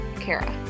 Kara